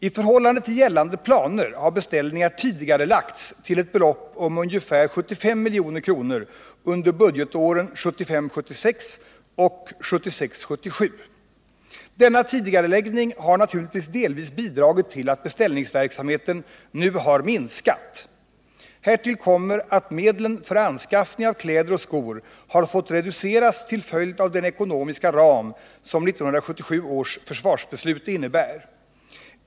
I förhållande till gällande planer har beställningar tidigarelagts till ett belopp av ungefär tillsammans 75 milj.kr. under budgetåren 1975 77. Denna tidigareläggning har naturligtvis delvis bidragit till att beställningsverksamheten nu har minskat. Härtill kommer att medlen för anskaffning av kläder och skor har fått reduceras till följd av den ekonomiska ram som 1977 års försvarsbeslut innebär.